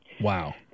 wow